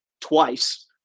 twice